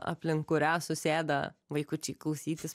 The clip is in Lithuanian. aplink kurią susėda vaikučiai klausytis